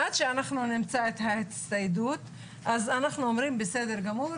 עד שאנחנו נמצא את ההצטיידות אז אנחנו אומרים בסדר גמור,